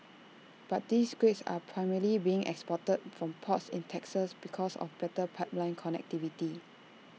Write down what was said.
but these grades are primarily being exported from ports in Texas because of better pipeline connectivity